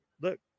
Look